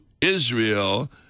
Israel